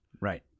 Right